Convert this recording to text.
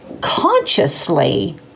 consciously